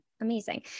Amazing